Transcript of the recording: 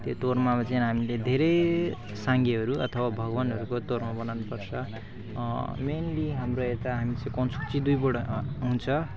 त्यो तोर्मामा चाहिँ हामीले धेरै साङ्गेहरू अथवा भगवानहरूको तोर्मा बनाउनुपर्छ मेन्ली हाम्रो यता हामी चाहिँ दुईवटा अँ हुन्छ